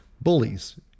bullies